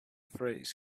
phrase